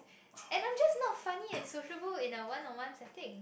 and I'm just not funny and sociable in a one on one setting